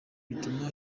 bigatuma